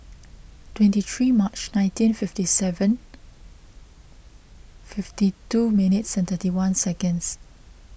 twenty three March nineteen fifty seven fifty two minutes certainty one seconds